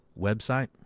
website